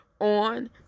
on